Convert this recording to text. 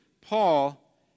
Paul